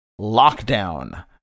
Lockdown